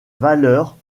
valeurs